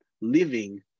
living